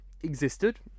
existed